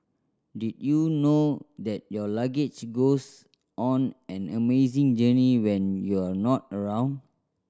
did you know that your luggage goes on an amazing journey when you're not around